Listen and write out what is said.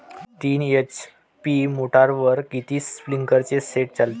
तीन एच.पी मोटरवर किती स्प्रिंकलरचे सेट चालतीन?